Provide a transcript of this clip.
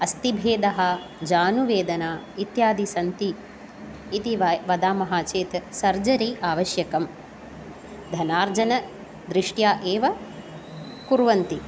अस्ति भेदः जानुवेदना इत्यादि सन्ति इति वयं वदामः चेत् सर्जरी आवश्यकं धनार्जनदृष्ट्या एव कुर्वन्ति